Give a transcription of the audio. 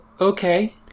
okay